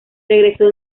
regresó